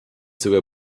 sogar